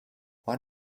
what